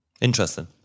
Interesting